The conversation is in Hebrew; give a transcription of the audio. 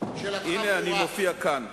אני מופיע כאן.